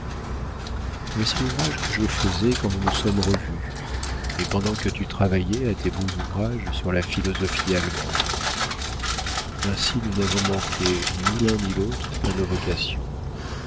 voici l'ouvrage que je faisais quand nous nous sommes revus et pendant que tu travaillais à tes beaux ouvrages sur la philosophie allemande ainsi nous n'avons manqué ni l'un ni l'autre à nos vocations